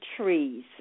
trees